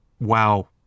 Wow